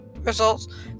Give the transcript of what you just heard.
results